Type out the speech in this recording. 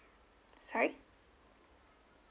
sorry